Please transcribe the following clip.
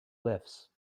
lifts